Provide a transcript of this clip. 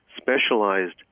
Specialized